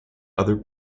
other